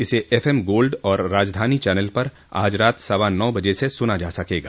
इसे FM Gold और Rajdhani channel पर आज रात सवा नौ बजे से सुना जा सकेगा